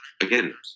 again